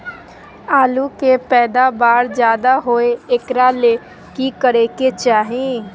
आलु के पैदावार ज्यादा होय एकरा ले की करे के चाही?